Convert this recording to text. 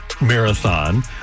Marathon